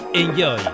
Enjoy